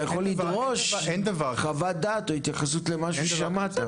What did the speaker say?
אתה יכול לדרוש חוות דעת או התייחסות למשהו ששמעת.